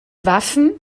waffen